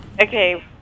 Okay